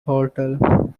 hotel